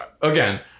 again